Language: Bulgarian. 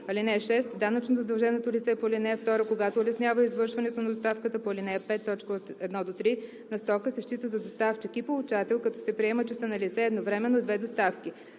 (6) Данъчно задълженото лице по ал. 2, когато улеснява извършването на доставката по ал. 5, т. 1 – 3 на стока, се счита за доставчик и получател, като се приема, че са налице едновременно две доставки: